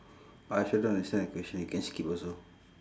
I also don't understand your question can skip also